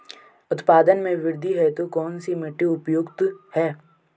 उत्पादन में वृद्धि हेतु कौन सी मिट्टी उपयुक्त है?